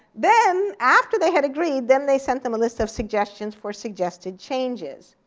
then after they had agreed, then they sent them a list of suggestions for suggested changes.